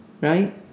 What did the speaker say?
Right